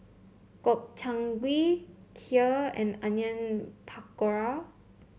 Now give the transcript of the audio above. Gobchang Gui Kheer and Onion Pakora